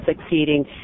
succeeding